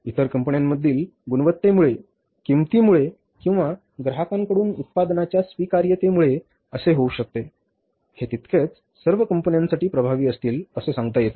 इतर कंपन्यांमधील गुणवत्तेमुळे किंमतीमुळे किंवा ग्राहकांकडून उत्पादनाच्या स्वीकार्यतेमुळे असे होऊ शकते हे तितकेच सर्व कंपन्यांसाठी प्रभावी असतील असे सांगता येत नाही